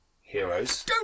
heroes